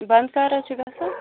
بَنٛد کَر حظ چھُ گَژھان